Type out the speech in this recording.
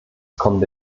kommende